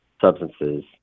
substances